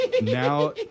Now